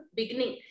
beginning